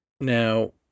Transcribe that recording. now